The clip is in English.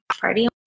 party